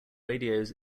radios